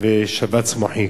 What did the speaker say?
ושבץ מוחי.